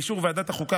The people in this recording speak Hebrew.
באישור ועדת החוקה,